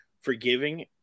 forgiving